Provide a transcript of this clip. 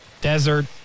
Desert